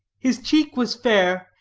his cheek was fair,